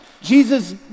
Jesus